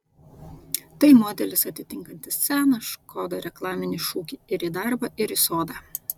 tai modelis atitinkantis seną škoda reklaminį šūkį ir į darbą ir į sodą